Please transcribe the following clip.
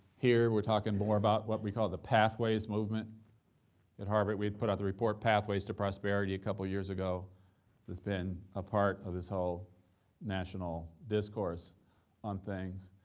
here we're talking more about what we call the pathways movement at harvard. we put out the report pathways to prosperity a couple years ago that's been a part of this whole national discourse on things,